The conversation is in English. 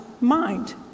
mind